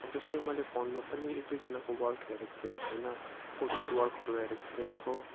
अब जस्तो कि मैले फोनमा पनि एक दुईजनाको वर्क हेरेको थिएँ होइन पोट्रेट वर्कहरू हेरेको थिएँ हो